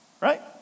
right